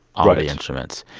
um the instruments.